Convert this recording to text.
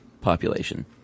population